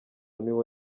niwo